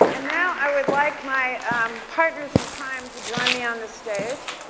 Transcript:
and now i would like my partners in crime to join me on the stage